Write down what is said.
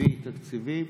מביא תקציבים,